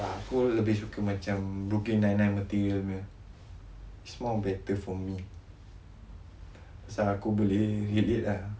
aku lebih suka brooklyn nine nine material it's more better for me pasal aku boleh relate ah